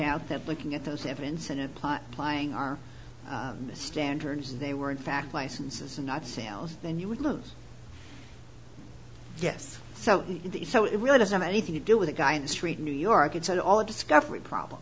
out that looking at those evidence and apply plying our standards they were in fact licenses and not sales then you would lose yes so the so it really doesn't have anything to do with a guy on the street in new york it's an all discovery problem